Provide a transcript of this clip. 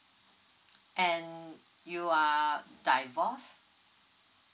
and you are divorced